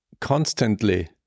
constantly